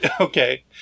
Okay